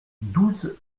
douze